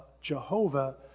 Jehovah